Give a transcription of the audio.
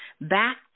back